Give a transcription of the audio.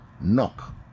Knock